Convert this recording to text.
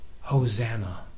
Hosanna